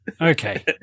okay